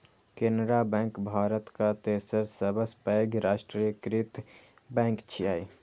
Canara bank भारतक तेसर सबसं पैघ राष्ट्रीयकृत बैंक छियै